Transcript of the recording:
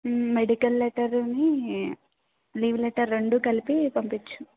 medical లెటర్ని leave letter రెండు కలిపి పంపించు